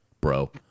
bro